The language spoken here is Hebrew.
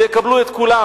ויקבלו את כולם.